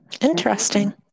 Interesting